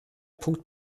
punkt